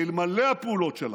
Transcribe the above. אלמלא הפעולות שלנו,